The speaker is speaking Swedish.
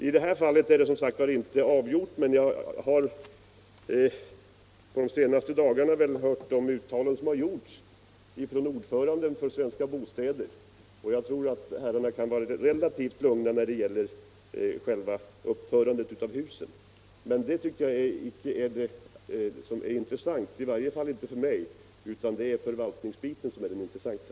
I det här fallet är det som sagt inte avgjort, men sedan jag de senaste dagarna har hört de uttalanden som gjorts av ordföranden i Svenska Bostäder tror jag att herrarna kan vara relativt lugna när det gäller själva uppförandet av husen. Det är emellertid inte det som är det intressanta, i varje fall inte för mig, utan det är förvaltningsdelen som är den intressanta.